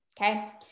Okay